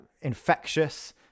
infectious